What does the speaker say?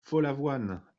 follavoine